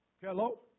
Hello